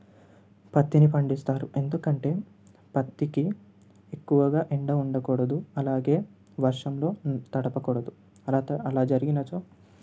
పత్తిని పండిస్తారు ఎందుకంటే పత్తికి ఎక్కువగా ఎండ ఉండకూడదు అలాగే వర్షంలో తడవకూడదు అ అలా జరిగినచో